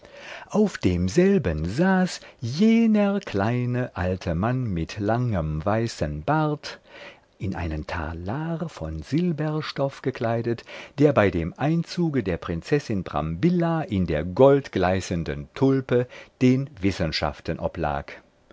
auf demselben saß jener kleine alte mann mit langem weißen bart in einen talar von silberstoff gekleidet der bei dem einzuge der prinzessin brambilla in der goldgleißenden tulpe den wissenschaften oblag